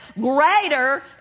greater